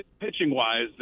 pitching-wise